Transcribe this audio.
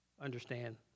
understand